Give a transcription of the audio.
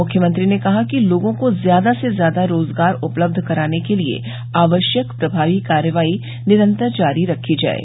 मुख्यमंत्री ने कहा कि लोगों को ज्यादा से ज्यादा रोजगार उपलब्ध कराने के लिये आवश्यक प्रभावी कार्यवाई निरन्तर जारी रखी जाये